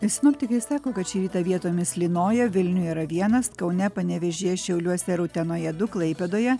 sinoptikai sako kad šį rytą vietomis lynoja vilniuje yra vienas kaune panevėžyje šiauliuose ir utenoje du klaipėdoje